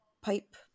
pipe